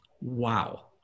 Wow